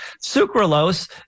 Sucralose